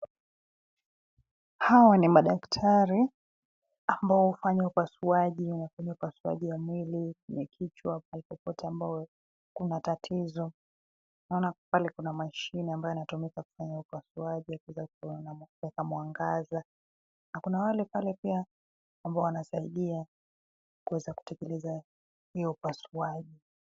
Hawa ni madaktari ambao hufanya upasuaji kama vile upasuaji wa mwili, kwenye kichwa, mahali popote ambao kuna tatizo. Naona pale kuna mashine ambayo inatumika kufanya upasuaji kuweza kuona katika mwangaza na kuna wale pale pia ambao wanasaidia kuweza kutekeleza hiyo upasuaji.